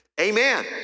Amen